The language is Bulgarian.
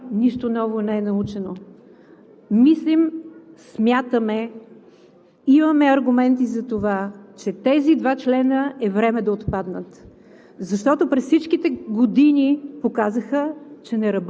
Отново се доказва, че нищо старо не е забравено, нищо ново не е научено. Мислим, смятаме, имаме аргументи за това, че тези два члена е време да отпаднат.